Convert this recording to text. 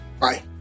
Bye